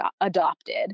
adopted